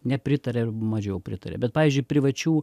nepritarė ar mažiau pritarė bet pavyzdžiui privačių